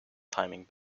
timing